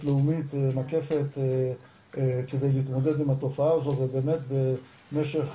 לאומית מקפת כדי להתמודד עם התופעה הזאת ובאמת במשך,